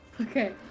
Okay